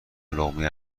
لقمه